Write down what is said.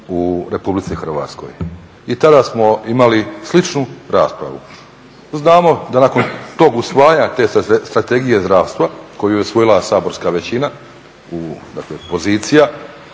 u Republici Hrvatskoj i tada smo imali sličnu raspravu. Znamo da nakon tog usvajanja, te Strategije zdravstva koju je usvojila saborska većina, dakle pozicija